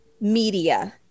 media